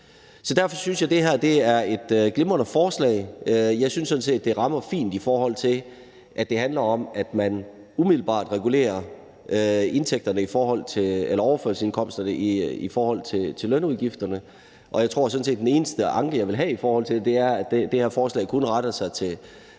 Derfor synes jeg, det her er et glimrende forslag. Jeg synes sådan set, det rammer fint, i forhold til at det handler om, at man umiddelbart regulerer overførselsindkomsterne i forhold til lønudgifterne. Jeg tror sådan set, den eneste anke, jeg vil have i forhold til det, er, at det her forslag kun retter sig mod